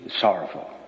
sorrowful